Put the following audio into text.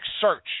search